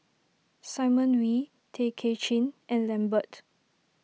Simon Wee Tay Kay Chin and Lambert